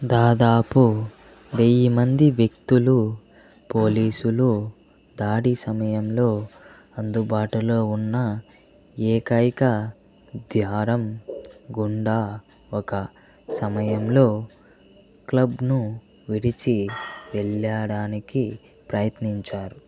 దాదాపు వెయ్యి మంది వ్యక్తులు పోలీసులు దాడి సమయంలో అందుబాటులో ఉన్న ఏకైక ద్వారం గుండా ఒక సమయంలో క్లబ్ను విడిచి వెళ్ళడానికి ప్రయత్నించారు